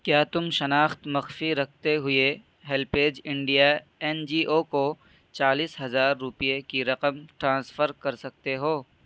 کیا تم شناخت مخفی رکھتے ہوئے HelpAge India N G O کو چالیس ہزار روپے کی رقم ٹرانسفر کر سکتے ہو